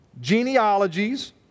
genealogies